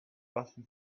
button